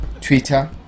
twitter